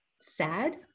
sad